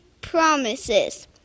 promises